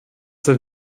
der